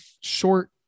short